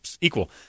equal